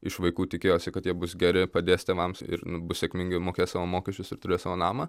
iš vaikų tikėjosi kad jie bus geri padės tėvams ir nu bus sėkmingai mokės savo mokesčius ir turės savo namą